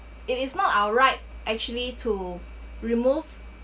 it is not our right actually to remove